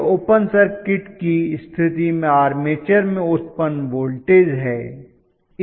यह open circuit की स्थिति में आर्मेचर में उत्पन्न वोल्टेज है